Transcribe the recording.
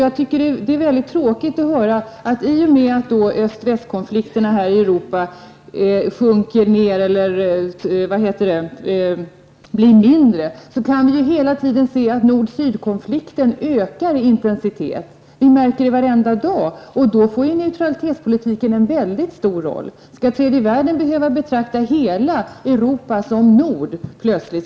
I och med att öst--väst-konflikten här i Europa blir mindre, kan vi hela tiden se att nord--syd-konflikten ökar i intensitet. Vi märker det varje dag. Då får neutralitetspolitiken en väldigt stor roll. Skall tredje världen behöva betrakta hela Europa som nord plötsligt?